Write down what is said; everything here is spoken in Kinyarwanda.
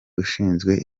ushinzwe